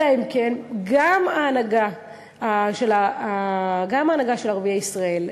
אלא אם כן גם ההנהגה של ערביי ישראל,